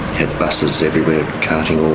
had buses everywhere carting all